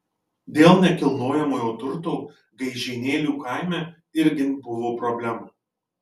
dėl nekilnojamojo turto gaižėnėlių kaime irgi buvo problemų